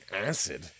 acid